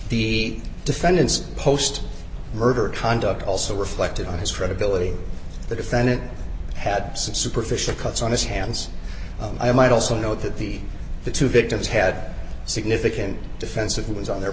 the defendant's post murder conduct also reflected on his credibility the defendant had some superficial cuts on his hands i might also know that the the two victims had significant defensive wounds on their